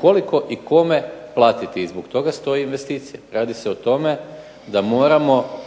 koliko i kome platiti i zbog toga stoji investicija. Radi se o tome da moramo